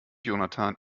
jonathan